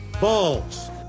Balls